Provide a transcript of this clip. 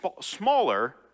smaller